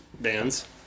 bands